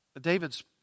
David's